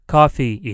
Coffee